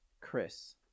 Chris